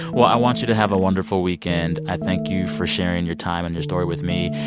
well, i want you to have a wonderful weekend. i thank you for sharing your time and your story with me.